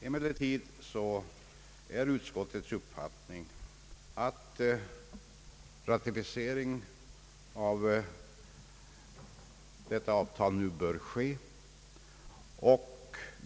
Emellertid är utskottets uppfattning att ratificering av detta avtal nu bör ske.